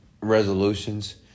resolutions